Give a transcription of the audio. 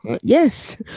Yes